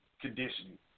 conditioning